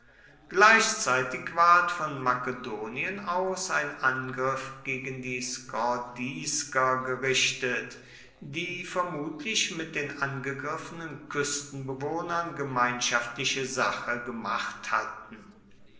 gleichzeitig ward von makedonien aus ein angriff gegen die skordisker gerichtet die vermutlich mit den angegriffenen küstenbewohnern gemeinschaftliche sache gemacht hatten